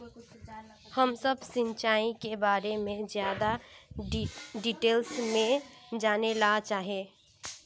हम सब सिंचाई के बारे में ज्यादा डिटेल्स में जाने ला चाहे?